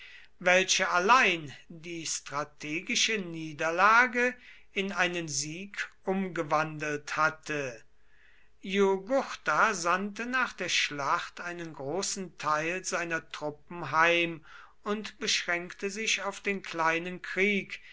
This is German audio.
welche allein die strategische niederlage in einen sieg umgewandelt hatte jugurtha sandte nach der schlacht einen großen teil seiner truppen heim und beschränkte sich auf den kleinen krieg